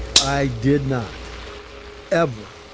i did not ever,